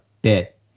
bit